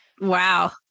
Wow